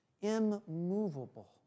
immovable